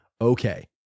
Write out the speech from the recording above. Okay